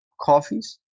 coffees